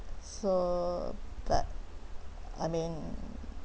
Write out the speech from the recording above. so uh I mean